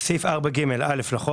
תגמולים מיוחדים 4. בסעיף 4ג(א) לחוק,